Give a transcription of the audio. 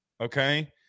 okay